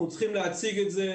אנחנו צריכים להציג את זה